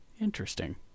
Interesting